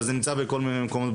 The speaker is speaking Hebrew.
אבל זה נמצא גם בכל מיני מקומות.